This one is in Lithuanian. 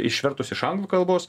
išvertus iš anglų kalbos